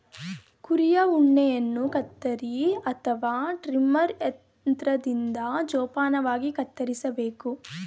ಕುರಿಯ ಉಣ್ಣೆಯನ್ನು ಕತ್ತರಿ ಅಥವಾ ಟ್ರಿಮರ್ ಯಂತ್ರದಿಂದ ಜೋಪಾನವಾಗಿ ಕತ್ತರಿಸಬೇಕು